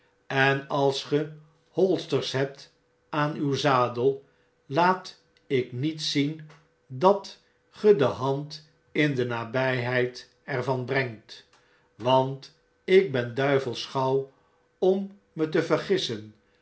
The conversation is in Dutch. en als ge hoi sters hebt aan uw zadel laat ik niet zien dat ge de hand in de nabjjheid er van brengt want ik ben duivels gauw om me te vergissen